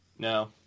No